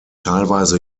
teilweise